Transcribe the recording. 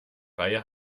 reihe